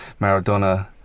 Maradona